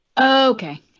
Okay